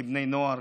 כבני נוער,